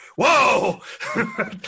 Whoa